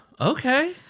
Okay